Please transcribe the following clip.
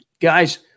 guys –